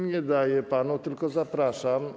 Nie daję jej panu, tylko zapraszam.